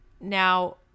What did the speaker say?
Now